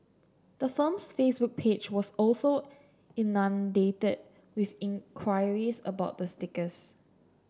the firm's Facebook page was also inundated with in queries about the stickers